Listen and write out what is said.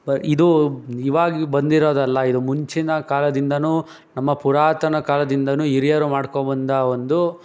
ಇದು ಇವಾಗ ಬಂದಿರೋದಲ್ಲ ಇದು ಮುಂಚಿನ ಕಾಲದಿಂದನೂ ನಮ್ಮ ಪುರಾತನ ಕಾಲದಿಂದನೂ ಹಿರಿಯರು ಮಾಡ್ಕೋಬಂದ ಒಂದು